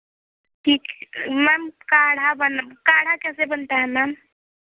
ठीक मैम काढ़ा बना काढ़ा कैसे बनता है मैम